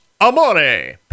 amore